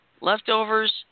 leftovers